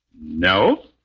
No